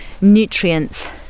nutrients